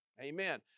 Amen